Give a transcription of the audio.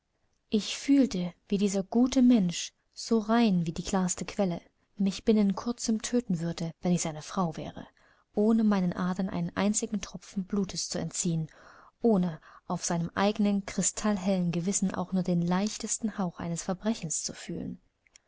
ich fühlte wie dieser gute mensch so rein wie die klarste quelle mich binnen kurzem töten würde wenn ich seine frau wäre ohne meinen adern einen einzigen tropfen blutes zu entziehen ohne auf seinem eigenen krystallhellen gewissen auch nur den leichtesten hauch eines verbrechens zu fühlen